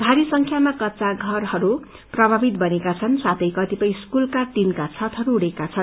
भारी संख्यामा कच्चा षरहरू प्रभावित बनेका छन् साथै कतिपय स्कूलका टीनका छतहरू उड्डेका छन्